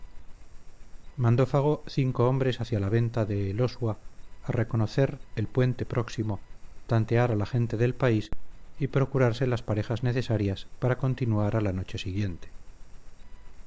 mandó fago cinco hombres hacia la venta de elosua a reconocer el puente próximo tantear a la gente del país y procurarse las parejas necesarias para continuar a la noche siguiente